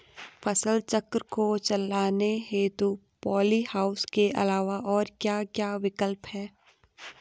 फसल चक्र को चलाने हेतु पॉली हाउस के अलावा और क्या क्या विकल्प हैं?